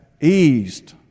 eased